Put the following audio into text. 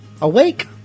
awake